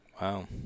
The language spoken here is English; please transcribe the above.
Wow